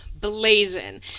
blazing